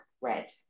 red